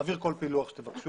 נעביר כל פילוח שתבקשו.